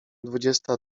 dwudziesta